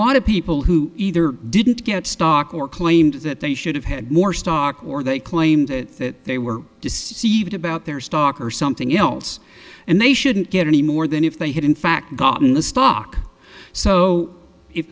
of people who either didn't get stock or claimed that they should have had more stock or they claimed that they were deceived about their stock or something else and they shouldn't get any more than if they had in fact gotten the stock so if